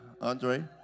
Andre